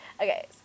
Okay